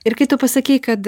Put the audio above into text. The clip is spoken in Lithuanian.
ir kai tu pasakei kad